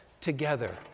together